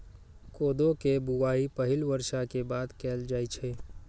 कोदो के बुआई पहिल बर्षा के बाद कैल जाइ छै